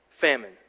Famine